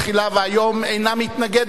והיום אינה מתנגדת לה.